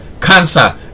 cancer